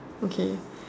okay